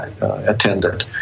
attended